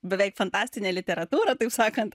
beveik fantastinė literatūra taip sakant